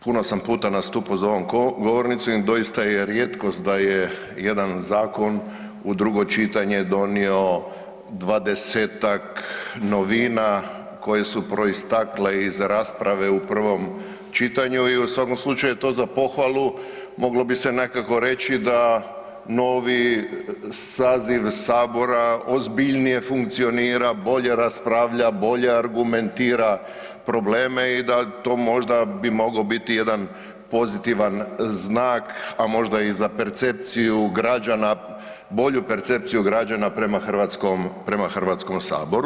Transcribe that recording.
Puno sam puta nastupao za ovom govornicom i doista je rijetkost da je jedan zakon u drugo čitanje donio 20-tak novina koje su proistakle iz rasprave u prvom čitanju i u svakom slučaju je to za pohvalu, moglo bi se nekako reći da novi saziv Sabora ozbiljnije funkcionira, bolje raspravlja, bolje argumentira probleme i da to možda bi mogao biti jedan pozitivan znak, a možda i za percepciju građana, bolju percepciju građana prema HS-u.